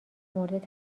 مورد